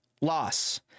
loss